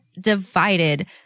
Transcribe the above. divided